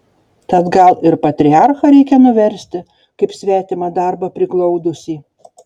tad gal ir patriarchą reikia nuversti kaip svetimą darbą priglaudusį